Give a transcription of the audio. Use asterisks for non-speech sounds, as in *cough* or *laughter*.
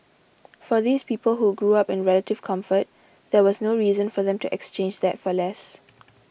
*noise* for these people who grew up in relative comfort there was no reason for them to exchange that for less